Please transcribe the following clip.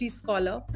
scholar